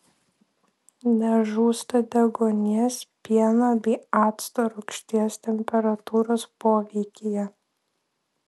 nežūsta deguonies pieno bei acto rūgšties temperatūros poveikyje